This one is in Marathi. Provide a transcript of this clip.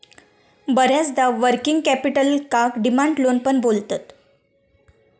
बऱ्याचदा वर्किंग कॅपिटलका डिमांड लोन पण बोलतत